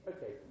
Okay